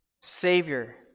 Savior